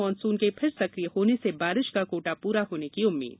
monsoon के फिर सकिय होने से बारिश का कोटा पूरा होने की उम्मीद